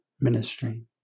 ministry